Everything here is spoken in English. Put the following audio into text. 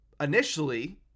initially